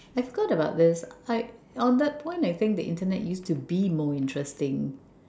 I've thought about it I on that point I think the Internet used to be more interesting